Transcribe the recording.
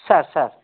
sir sir